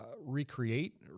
recreate